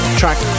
track